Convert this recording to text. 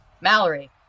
Mallory